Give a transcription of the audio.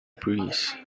breeze